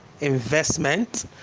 investment